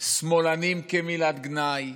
שמאלנים כמילת גנאי,